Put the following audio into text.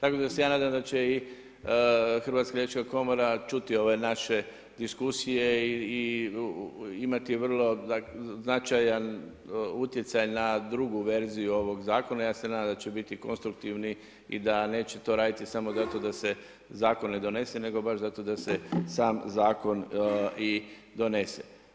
Tako da se ja nadam da će i Hrvatska liječnička komora čuti ove naše diskusije i imati vrlo značajan utjecaj na drugu verziju ovog zakona, ja se nadam da će biti konstruktivni i da neće to raditi samo zato da se zakon ne donese nego baš zato da se sam zakon i donese.